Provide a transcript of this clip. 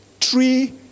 three